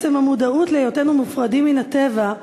עצם המודעות להיותנו מופרדים מן הטבע,